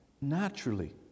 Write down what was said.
naturally